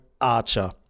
Archer